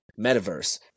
metaverse